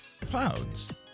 Clouds